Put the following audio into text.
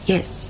Yes